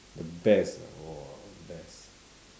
the best ah !wah! best